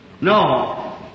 no